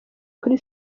kuri